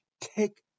take